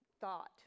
thought